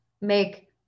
make